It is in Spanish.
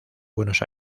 buenos